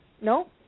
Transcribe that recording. no